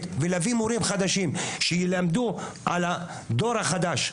ולהביא מורים חדשים שילמדו על הדור החדש.